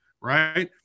right